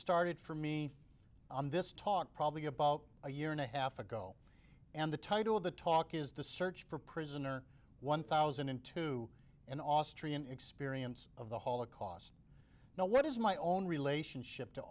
started for me on this talk probably about a year and a half ago and the title of the talk is the search for prisoner one thousand and two and austrian experience of the holocaust now what is my own relationship to